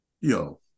yo